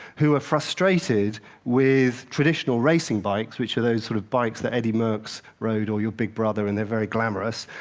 who were frustrated with traditional racing bikes, which were those sort of bikes that eddy merckx rode, or your big brother, and they're very glamorous.